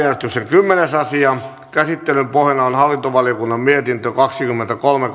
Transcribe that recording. kymmenes asia käsittelyn pohjana on hallintovaliokunnan mietintö kaksikymmentäkolme